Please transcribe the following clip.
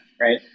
right